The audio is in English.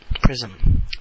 prism